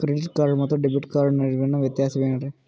Credit card ಮತ್ತು debit card ನಡುವಿನ ವ್ಯತ್ಯಾಸ ವೇನ್ರೀ?